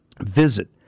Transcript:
Visit